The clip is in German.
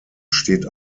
steht